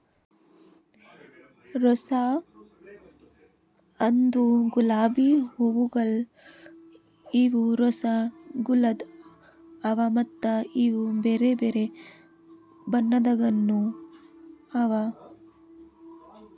rose ಅಂದುರ್ ಗುಲಾಬಿ ಹೂವುಗೊಳ್ ಇವು ರೋಸಾ ಕುಲದ್ ಅವಾ ಮತ್ತ ಇವು ಬೇರೆ ಬೇರೆ ಬಣ್ಣದಾಗನು ಅವಾ